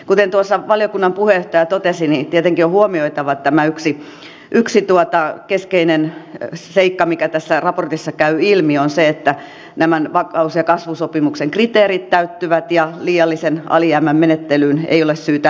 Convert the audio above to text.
kuten tuossa valiokunnan puheenjohtaja totesi tietenkin on huomioitava tämä yksi keskeinen seikka mikä tästä raportista käy ilmi eli se että nämä vakaus ja kasvusopimuksen kriteerit täyttyvät ja liiallisen alijäämän menettelyyn ei ole syytä lähteä